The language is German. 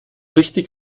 richtig